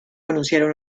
anunciaron